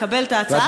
לקבל את ההצעה,